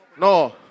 No